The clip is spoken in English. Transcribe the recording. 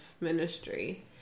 ministry